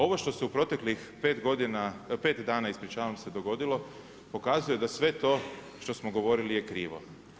Ovo što se u proteklih 5 godina, 5 dana, ispričavam se, dogodilo, pokazuje da sve to što smo govorili je krivo.